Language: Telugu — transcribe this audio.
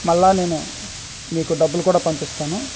మళ్ళీ నేను మీకు డబ్బులు కూడా పంపిస్తాను